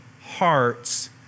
hearts